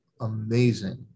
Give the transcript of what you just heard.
amazing